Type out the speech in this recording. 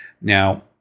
Now